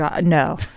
No